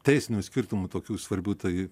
teisinių skirtumų tokių svarbių tai